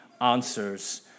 answers